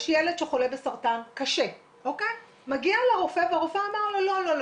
ילד שחולה בסרטן קשה מגיע לרופא והרופא אומר לו: לא,